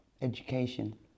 education